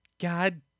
God